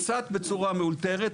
קצת בצורה מאולתרת,